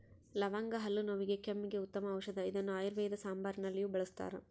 ಲವಂಗ ಹಲ್ಲು ನೋವಿಗೆ ಕೆಮ್ಮಿಗೆ ಉತ್ತಮ ಔಷದಿ ಇದನ್ನು ಆಯುರ್ವೇದ ಸಾಂಬಾರುನಲ್ಲಿಯೂ ಬಳಸ್ತಾರ